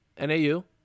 NAU